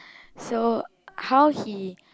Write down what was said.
so how he